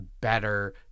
better